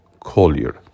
Collier